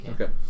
Okay